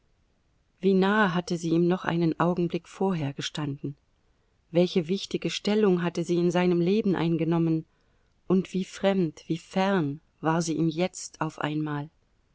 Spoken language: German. wie nahe hatte sie ihm noch einen augenblick vorher gestanden welche wichtige stellung hatte sie in seinem leben eingenommen und wie fremd wie fern war sie ihm jetzt auf einmal